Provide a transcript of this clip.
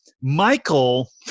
Michael